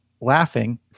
laughing